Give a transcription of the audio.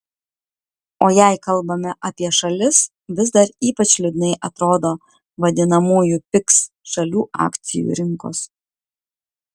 o jei kalbame apie šalis vis dar ypač liūdnai atrodo vadinamųjų pigs šalių akcijų rinkos